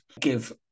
give